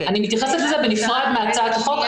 אני מתייחסת לזה בנפרד מהצעת החוק,